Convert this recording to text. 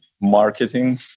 marketing